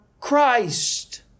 Christ